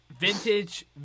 Vintage